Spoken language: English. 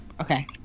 Okay